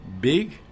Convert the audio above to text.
big